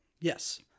yes